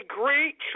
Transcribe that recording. great